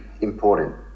important